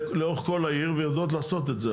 לאורך כל העיר ויודעות לעשות את זה.